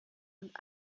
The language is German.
und